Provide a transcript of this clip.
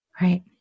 Right